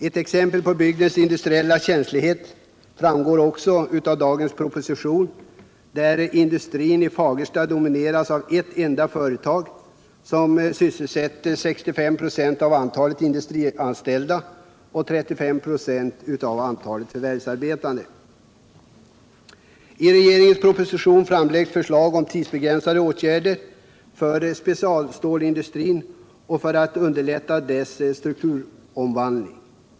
Ett exempel på bygdens industriella känslighet framgår också av dagens proposition där industrin i Fagersta domineras av ett enda företag, som sysselsätter ca 65 96 av antalet industrianställda och 35 96 av antalet förvärvsarbetande. I regeringens proposition framläggs förslag om tidsbegränsade åtgärder för specialstålindustrin och för att underlätta dess strukturomvandling.